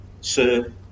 Sir